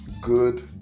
Good